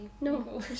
No